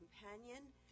companion